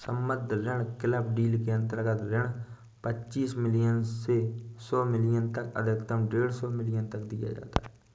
सम्बद्ध ऋण club deal के अंतर्गत ऋण पच्चीस मिलियन से सौ मिलियन तक अधिकतम डेढ़ सौ मिलियन तक दिया जाता है